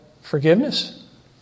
forgiveness